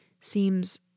seems